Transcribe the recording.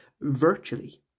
virtually